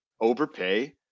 overpay